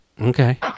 Okay